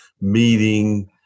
meeting